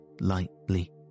lightly